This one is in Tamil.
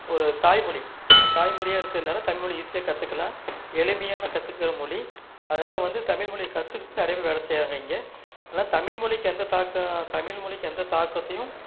ஒரு தாய்மொழி தாய்மொழியா இருக்கிறனால தமிழ் மொழி ஈஸியாக கற்றுக்கலாம் எளிமையான கற்றுக்குற மொழி அதனால் வந்து தமிழ் மொழிய கற்றுக்கிட்டு நிறைய பேர் வேலை செய்கிறாங்க இங்கே அதனால் தமிழ்மொழிக்கு எந்த தாக்கம் தமிழ்மொழிக்கு எந்த தாக்கத்தையும்